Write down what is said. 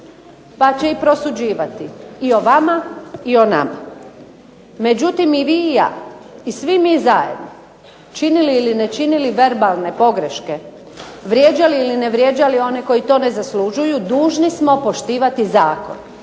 pa će i prosuđivati i o vama i o nama. Međutim, i vi i ja i svi mi zajedno činili ili ne činili verbalne pogreške, vrijeđali ili ne vrijeđali one koji to ne zaslužuju dužni smo poštivati zakon.